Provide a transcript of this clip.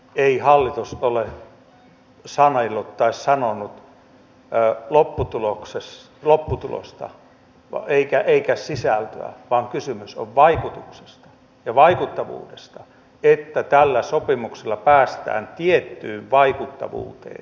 ei hallitus ole sanellut tai sanonut lopputulosta eikä sisältöä vaan kysymys on vaikutuksesta ja vaikuttavuudesta siitä että tällä sopimuksella päästään tiettyyn vaikuttavuuteen